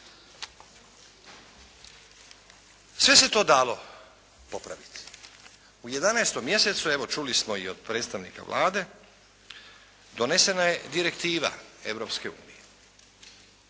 Sve se to dalo popraviti. U 11. mjesecu, evo čuli smo i od predstavnika Vlade, donesena je direktiva